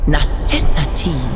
Necessity